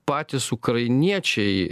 patys ukrainiečiai